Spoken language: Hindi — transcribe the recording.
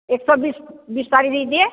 एक सौ बीस बीस साड़ी दीजिए